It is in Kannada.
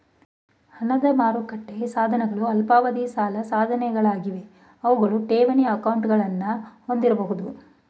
ಹಣದ ಮಾರುಕಟ್ಟೆ ಸಾಧನಗಳು ಅಲ್ಪಾವಧಿಯ ಸಾಲ ಸಾಧನಗಳಾಗಿವೆ ಅವುಗಳು ಠೇವಣಿ ಅಕೌಂಟ್ಗಳನ್ನ ಹೊಂದಿರಬಹುದು